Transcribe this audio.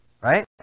right